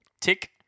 tick